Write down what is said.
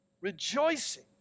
rejoicing